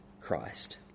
Christ